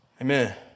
Amen